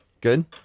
Good